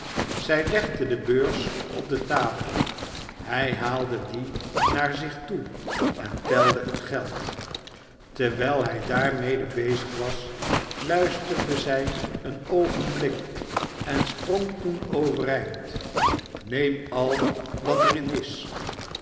zij legde de beurs op de tafel hij haalde die naar zich toe en telde het geld terwijl hij daarmede bezig was luisterde zij een oogenblik en sprong toen overeind neem al wat er in is